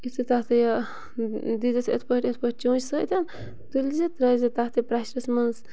یُتھٕے تَتھ یہِ دیٖزٮ۪س یِتھ پٲٹھۍ یِتھ پٲٹھۍ چونٛچہِ سۭتٮ۪ن تُلۍزِ ترٛٲےزِ تَتھ یہِ پرٛیشرَس منٛز